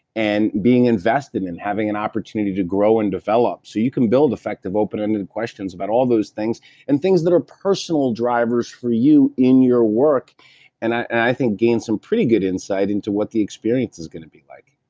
and being invested in having an opportunity to grow and develop. so, you can build effective open-ended questions about all those things and things that are personal drivers for you in your work and i think gain some pretty good insight into what the experience is going to be like.